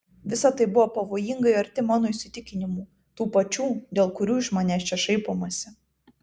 visa tai buvo pavojingai arti mano įsitikinimų tų pačių dėl kurių iš manęs čia šaipomasi